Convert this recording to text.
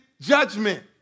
judgment